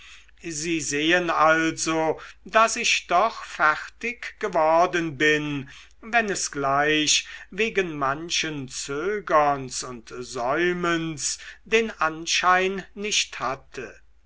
sie sehen also daß ich doch fertig geworden bin wenn es gleich wegen manchen zögerns und säumens den anschein nicht hatte